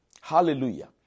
Hallelujah